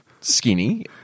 skinny